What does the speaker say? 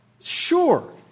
sure